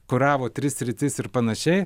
kuravo tris sritis ir panašiai